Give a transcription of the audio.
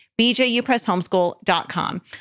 BJUPressHomeschool.com